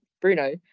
Bruno